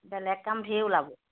বেলেগ কাম ধেৰ ওলাব